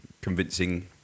convincing